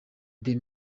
the